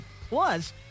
plus